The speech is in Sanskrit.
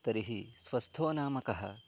तर्हि स्वस्थो नाम कः